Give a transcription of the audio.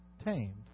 tamed